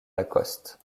lacoste